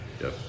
Yes